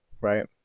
Right